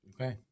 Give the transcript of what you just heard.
Okay